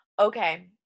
Okay